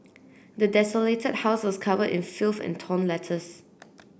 the desolated house was covered in filth and torn letters